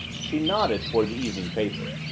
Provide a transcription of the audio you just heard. she nodded toward the evening paper.